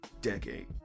decade